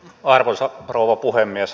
arvoisa rouva puhemies